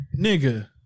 Nigga